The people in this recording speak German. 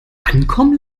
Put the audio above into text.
ankommen